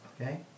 Okay